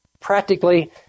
practically